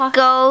go